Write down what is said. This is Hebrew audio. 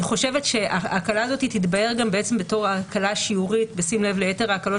חושבת שההקלה הזאת תתבהר גם בתור ההקלה השיורית בשים לב ליתר ההקלות